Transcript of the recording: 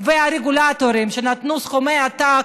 והרגולטורים שנתנו סכומי עתק,